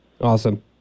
Awesome